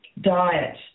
Diet